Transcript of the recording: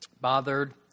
bothered